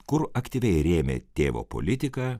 kur aktyviai rėmė tėvo politiką